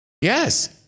Yes